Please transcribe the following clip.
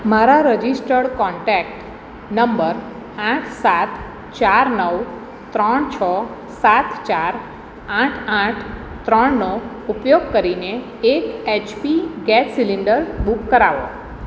મારા registered contact number આઠ સાત ચાર નવ ત્રણ છ સાત ચાર આઠ આઠ ત્રણનો ઉપયોગ કરીને એક એચપી ગેસ સીલિન્ડર બુક કરાવો